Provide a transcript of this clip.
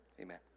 Amen